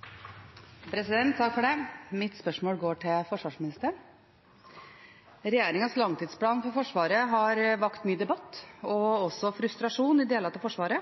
Takk for det, president. Mitt spørsmål går til forsvarsministeren. Regjeringens langtidsplan for Forsvaret har vakt mye debatt og også frustrasjon i deler av Forsvaret.